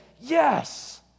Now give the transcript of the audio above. yes